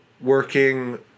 working